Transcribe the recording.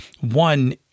one